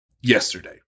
yesterday